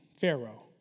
Pharaoh